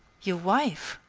your wife!